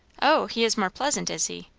oh, he is more pleasant, is he?